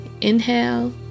Inhale